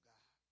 God